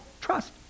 Trust